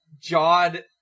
jawed